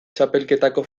txapelketako